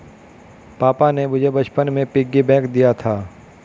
पापा ने मुझे बचपन में पिग्गी बैंक दिया था